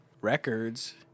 records